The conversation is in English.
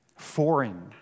foreign